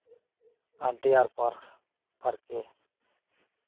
R deer park ᱯᱟᱨᱠᱮ